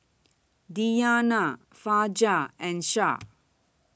Diyana Fajar and Shah